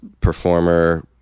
performer